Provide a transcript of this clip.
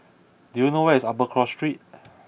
do you know where is Upper Cross Street